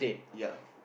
ya